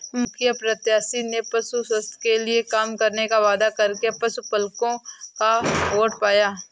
मुखिया प्रत्याशी ने पशु स्वास्थ्य के लिए काम करने का वादा करके पशुपलकों का वोट पाया